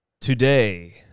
Today